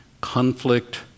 conflict